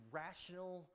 rational